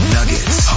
Nuggets